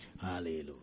Hallelujah